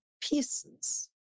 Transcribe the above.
pieces